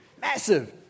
Massive